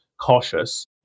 cautious